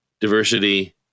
diversity